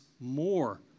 more